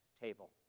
table